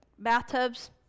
Bathtubs